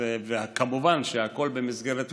וכמובן שהכול במסגרת החוק,